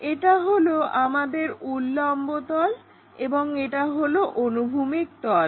এটা হলো আমাদের উল্লম্ব তল এবং এটা হলো অনুভূমিক তল